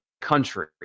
country